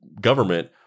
government